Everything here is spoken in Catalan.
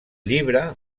llibre